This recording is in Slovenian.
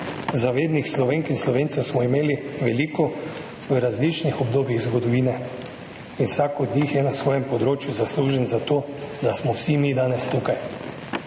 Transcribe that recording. Zavednih Slovenk in Slovencev smo imeli veliko v različnih obdobjih zgodovine in vsak od njih je na svojem področju zaslužen za to, da smo vsi mi danes tukaj.